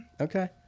Okay